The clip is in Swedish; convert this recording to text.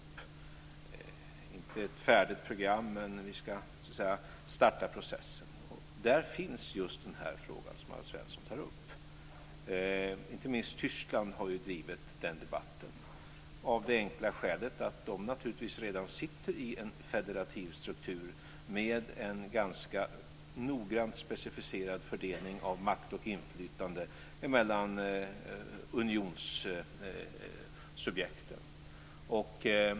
Det är inte ett färdigt program, men vi ska starta processen. Där finns just den fråga som Alf Svensson tar upp. Inte minst Tyskland har ju drivit den debatten, av det enkla skälet att Tyskland naturligtvis redan sitter i en federativ struktur med en ganska noggrant specificerad fördelning av makt och inflytande mellan unionssubjekten.